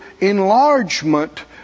enlargement